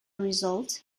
result